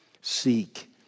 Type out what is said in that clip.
seek